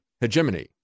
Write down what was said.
hegemony